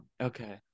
okay